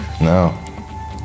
No